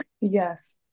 Yes